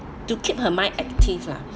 to keep her mind active lah